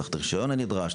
צריך את הרישיון הנדרש,